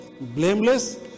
blameless